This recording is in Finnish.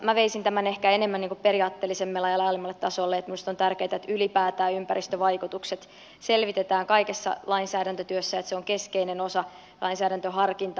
minä veisin tämän ehkä periaatteellisimmalle ja laajemmalle tasolle että minusta on tärkeätä että ylipäätään ympäristövaikutukset selvitetään kaikessa lainsäädäntötyössä se on keskeinen osa lainsäädäntöharkintaa